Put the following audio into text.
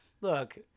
look